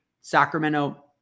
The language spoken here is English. Sacramento